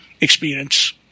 experience